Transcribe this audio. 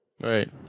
Right